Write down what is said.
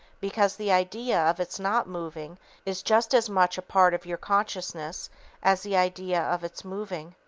because the idea of its not moving is just as much a part of your consciousness as the idea of its moving.